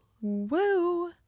Woo